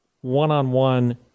one-on-one